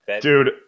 dude